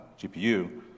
GPU